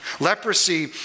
Leprosy